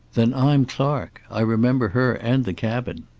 then i'm clark. i remember her, and the cabin.